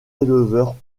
éleveurs